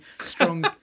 strong